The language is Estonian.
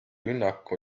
rünnak